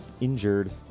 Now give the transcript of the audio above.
injured